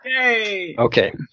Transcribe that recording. Okay